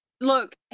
look